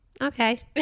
Okay